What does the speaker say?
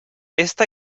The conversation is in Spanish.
esta